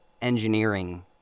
engineering